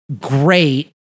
great